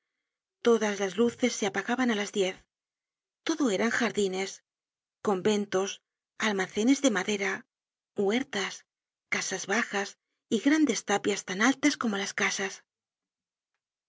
todas las luces se apagaban á las diez todo eran jardines conventos almacenes de madera huertas casas bajas y grandes tapias tan altas como las casas